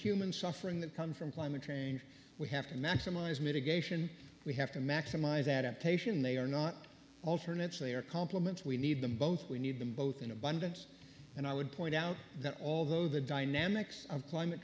human suffering that comes from climate change we have to maximise mitigation we have to maximize adaptation they are not alternatives they are complements we need them both we need them both in abundance and i would point out that although the dynamics of climate